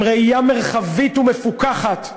עם ראייה מרחבית ומפוכחת,